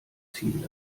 ziehen